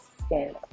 skin